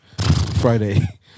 Friday